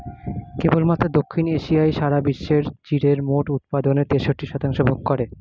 কেবলমাত্র দক্ষিণ এশিয়াই সারা বিশ্বের জিরের মোট উৎপাদনের তেষট্টি শতাংশ ভোগ করে